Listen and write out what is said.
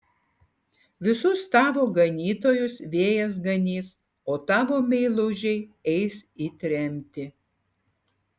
visus tavo ganytojus vėjas ganys o tavo meilužiai eis į tremtį